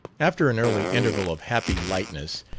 after an early interval of happy lightness,